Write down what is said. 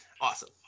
Awesome